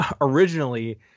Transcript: originally